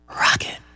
Rocket